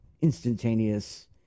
instantaneous